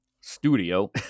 studio